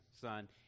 son